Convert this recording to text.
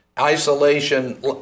isolation